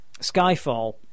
Skyfall